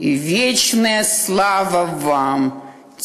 זיכרון נצח לאנשים שנפלו במצור